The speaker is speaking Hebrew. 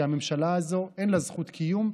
כי הממשלה הזאת, אין לה זכות קיום.